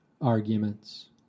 arguments